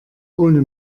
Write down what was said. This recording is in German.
ohne